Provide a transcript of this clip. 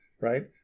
Right